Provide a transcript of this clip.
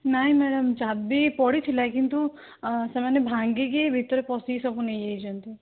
ନାଇଁ ମ୍ୟାଡ଼ାମ୍ ଚାବି ପଡ଼ିଥିଲା କିନ୍ତୁ ସେମାନେ ଭାଙ୍ଗିକି ଭିତରେ ପଶିକି ସବୁ ନେଇଯାଇଛନ୍ତି